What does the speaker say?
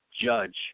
judge